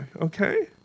Okay